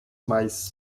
mice